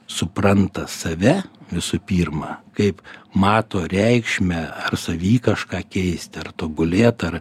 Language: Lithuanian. supranta save visų pirma kaip mato reikšmę ar savy kažką keisti ar tobulėt ar